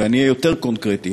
ואני אהיה יותר קונקרטי,